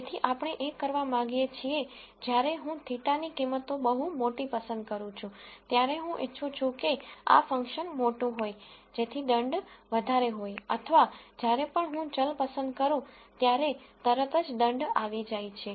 તેથી આપણે એ કરવા માંગીએ છીએ જ્યારે હું θ ની કિંમતો ખૂબ મોટી પસંદ કરું છું ત્યારે હું ઇચ્છું છું કે આ ફંક્શન મોટું હોય જેથી દંડ વધારે હોય અથવા જ્યારે પણ હું ચલ પસંદ કરું ત્યારે તરત જ દંડ આવી જાય છે